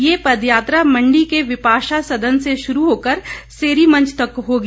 ये पद यात्रा मंडी के विपाशा सदन से शुरू होकर सेरी मंच तक होगी